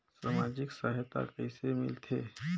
समाजिक सहायता कइसे मिलथे?